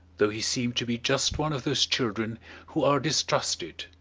though he seemed to be just one of those children who are distrusted,